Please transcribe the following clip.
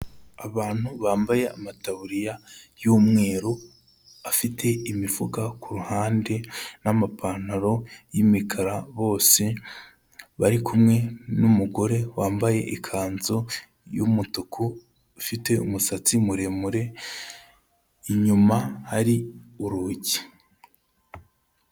Abantu bambaye amataburiya y'umweru, afite imifuka ku ruhande n'amapantaro y'imikara bose, bari kumwe n'umugore wambaye ikanzu y'umutuku, ufite umusatsi muremure, inyuma hari urugi.